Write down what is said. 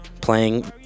playing